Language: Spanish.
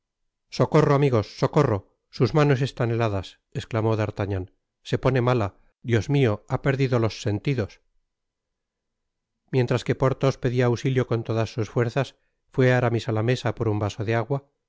socorro amigos socorro sus manos están heladas esclamó d'artagnan se pone mala i dios mio ha perdido los sentidos mientras que porthos pedia ausilio con todas sus fuerzas fué aramis á la mesa por un vaso de agua